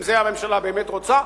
אם את זה הממשלה באמת רוצה.